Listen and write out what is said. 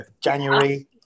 January